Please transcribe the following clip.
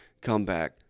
comeback